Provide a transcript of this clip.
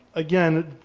again,